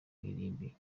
irimbi